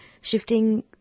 shifting